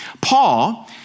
Paul